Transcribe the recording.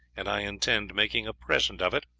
and i intend making a present of it,